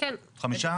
כן, חמישה.